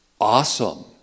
awesome